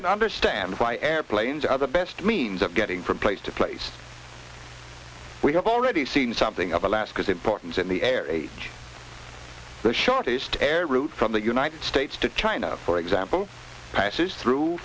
can understand why airplanes are the best means of getting from place to place we have already seen something of alaska's importance in the air age the shortest air route from the united states to china for example passes through